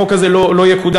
החוק הזה לא יקודם.